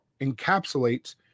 encapsulates